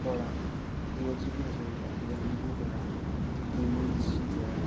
Bora Hirakjyoti Hazarika Hiranmoy Bora Birinchi Bora